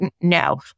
no